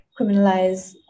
criminalize